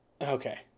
Okay